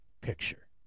picture